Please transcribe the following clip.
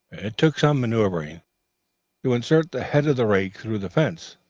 it took some manoeuvring to insert the head of the rake through the fence,